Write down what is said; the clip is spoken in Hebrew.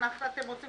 אתם רוצים